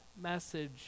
message